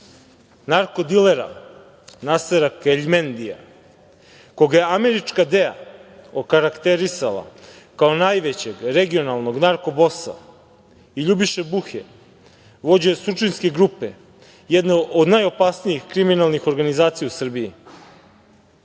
narko-dilera Nasera Keljmendija koga je američka DEA okarakterisala kao najvećeg regionalnog narko bosa i Ljubiše Buhe, vođe Surčinske grupe, jedne od najopasnijih kriminalnih organizacija u Srbiji.